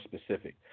specific